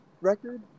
record